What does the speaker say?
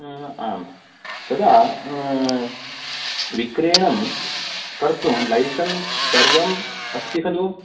आं तदा विक्रयणं कर्तुं लैसन्स् सर्वम् अस्ति खलु